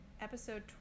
episode